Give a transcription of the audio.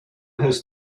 has